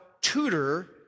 tutor